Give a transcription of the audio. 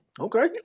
Okay